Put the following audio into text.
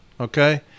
Okay